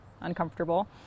uncomfortable